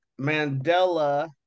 Mandela